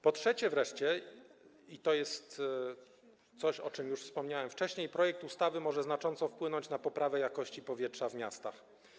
Po trzecie wreszcie, i to jest coś, o czym już wspomniałem wcześniej, projekt ustawy może znacząco wpłynąć na poprawę jakości powietrza w miastach.